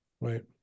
right